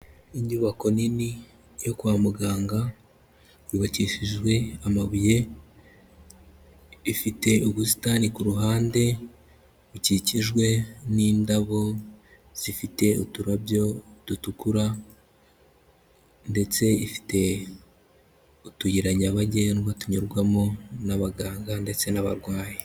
Inyubako nini yo kwa muganga yubakishijwe amabuye, ifite ubusitani ku ruhande bukikijwe n'indabo zifite uturabyo dutukura ndetse ifite utuyira nyabagendwa tunyurwamo n'abaganga ndetse n'abarwayi.